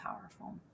powerful